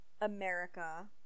America